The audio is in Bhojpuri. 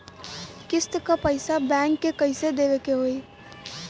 किस्त क पैसा बैंक के कइसे देवे के होई?